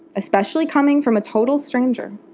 especially coming from a total stranger.